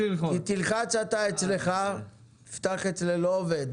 מנכ"ל הדואר, יש לך ארבע דקות